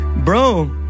bro